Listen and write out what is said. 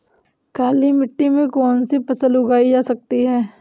काली मिट्टी में कौनसी फसल उगाई जा सकती है?